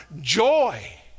joy